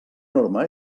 norma